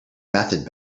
method